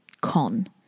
con